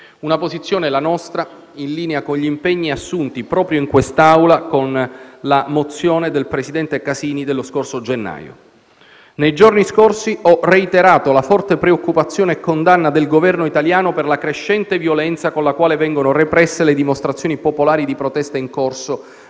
una posizione, la nostra, in linea con gli impegni assunti proprio in quest'Aula con la mozione del presidente Casini dello scorso gennaio. Nei giorni scorsi, ho reiterato la forte preoccupazione e condanna del Governo italiano per la crescente violenza con la quale vengono represse le dimostrazioni popolari di protesta in corso